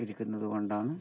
ഇരിക്കുന്നത് കൊണ്ടാണ്